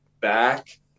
back